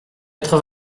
quatre